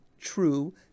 true